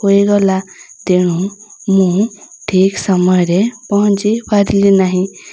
ହୋଇଗଲା ତେଣୁ ମୁଁ ଠିକ୍ ସମୟରେ ପହଞ୍ଚି ପାରିଲି ନାହିଁ